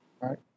Right